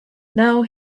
now